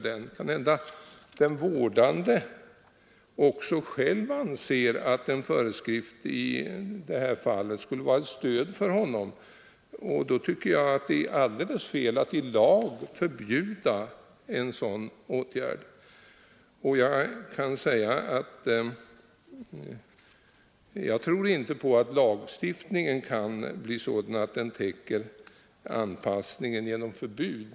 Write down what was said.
Det kan hända att den vårdade också själv anser att en föreskrift i det här fallet skulle vara ett stöd för honom, och då tycker jag att det är alldeles fel att ilag förbjuda en dylik åtgärd. Jag tror inte att lagstiftningen kan bli sådan att den täcker anpassningen genom förbud.